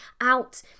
out